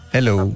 Hello